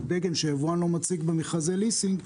דגם שהיבואן לא מציג במכרזי ליסינג,